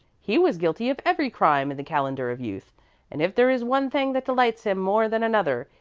he was guilty of every crime in the calendar of youth and if there is one thing that delights him more than another,